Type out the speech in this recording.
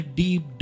deep